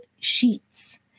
sheets